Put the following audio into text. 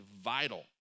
vital